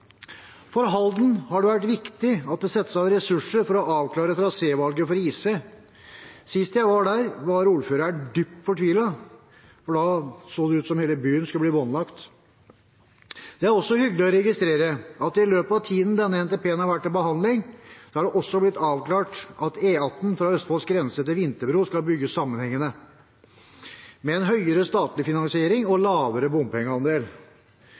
For Halden har det vært viktig at det settes av ressurser for å avklare trasévalget for IC. Sist jeg var der, var ordføreren dypt fortvilet, for da så det ut som om hele byen skulle blir båndlagt. Det er også hyggelig å registrere at det i løpet av tiden denne NTP-en har vært til behandling, også har blitt avklart at E18 fra Østfolds grense til Vinterbro skal bygges sammenhengende, med en høyere statlig finansiering og en lavere bompengeandel